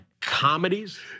comedies